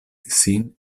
sin